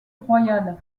royale